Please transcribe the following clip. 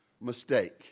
mistake